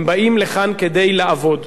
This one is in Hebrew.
הם באים לכאן כדי לעבוד.